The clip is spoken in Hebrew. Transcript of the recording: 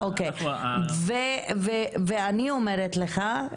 אני אומרת לך,